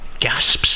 gasps